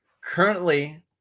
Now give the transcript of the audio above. Currently